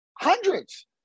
Hundreds